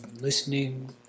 Listening